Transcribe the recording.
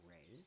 Ray